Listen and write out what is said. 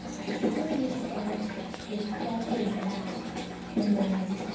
i see myself reflected back in them.